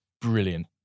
brilliant